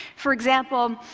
for example,